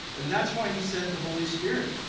and that's why he sent the holy spirit.